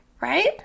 right